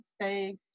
say